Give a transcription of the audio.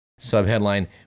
Subheadline